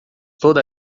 toda